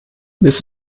this